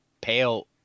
Pale